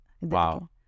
Wow